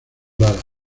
lara